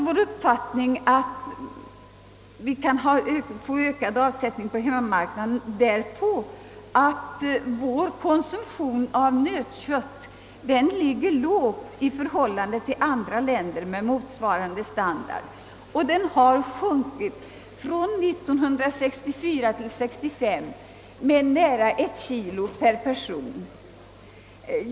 Vår uppfattning att det går att få ökad avsättning på hemmamarknaden grundar vi också därpå, att vår konsumtion av nötkött ligger lågt i förhållande till andra länder med motsvarande standard. Den har från 1964 till 1965 sjunkit med nära ett kilo per person och år.